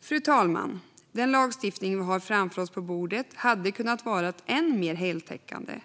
Fru talman! Den lagstiftning vi har framför oss på bordet hade kunnat vara ännu mer heltäckande.